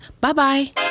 Bye-bye